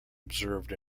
observed